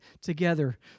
together